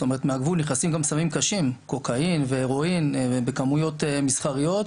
מהגבול נכנסים גם סמים קשים קוקאין והרואין בכמויות מסחריות,